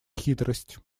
хитрость